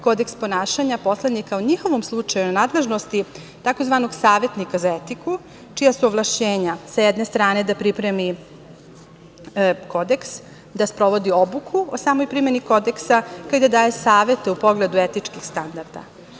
Kodeks ponašanja poslanika u njihovom slučaju u nadležnosti je takozvanog savetnika za etiku, čija su ovlašćenja, sa jedne strane, da pripremi kodeks, da sprovodi obuku o samoj primeni kodeksa, kao i da daje savete u pogledu etičkih standarda.